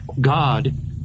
God